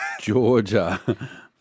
Georgia